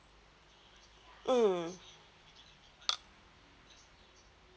mm